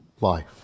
life